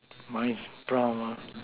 mice brown